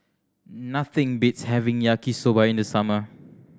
nothing beats having Yaki Soba in the summer